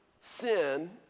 sin